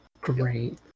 great